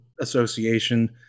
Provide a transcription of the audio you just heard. Association